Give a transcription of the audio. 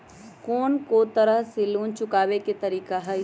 कोन को तरह से लोन चुकावे के तरीका हई?